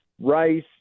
Rice